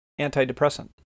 antidepressant